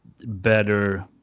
Better